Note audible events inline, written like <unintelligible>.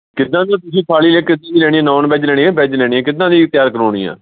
ਕਿੱਦਾਂ ਦੀ ਤੁਸੀਂ ਥਾਲੀ <unintelligible> ਲੈਣੀ ਆ ਨੋਨ ਵੈੱਜ ਲੈਣੀ ਆ ਵੈੱਜ ਲੈਣੀ ਆ ਕਿੱਦਾਂ ਦੀ ਤਿਆਰ ਕਰਵਾਉਣੀ ਆ